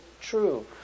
true